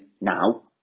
now